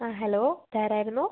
ആ ഹലോ ഇതാരായിരുന്നു